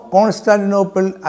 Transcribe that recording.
Constantinople